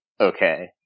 okay